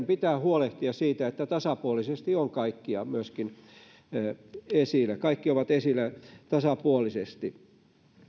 pitää huolehtia siitä että tasapuolisesti ova kaikki myöskin esillä kaikki ovat esillä tasapuolisesti